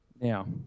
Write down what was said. now